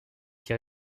qui